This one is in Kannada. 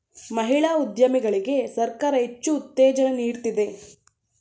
ಮಹಿಳಾ ಉದ್ಯಮಿಗಳಿಗೆ ಸರ್ಕಾರ ಹೆಚ್ಚು ಉತ್ತೇಜನ ನೀಡ್ತಿದೆ